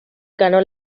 ganó